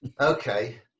Okay